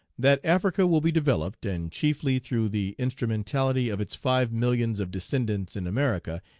that africa will be developed, and chiefly through the instrumentality of its five millions of descendants in america,